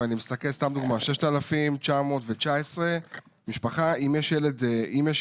ואני מסתכל סתם דוגמה - על 6,919 שקלים וזה אם יש ילד בבית.